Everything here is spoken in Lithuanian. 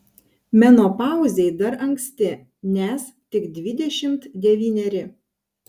menopauzei dar anksti nes tik dvidešimt devyneri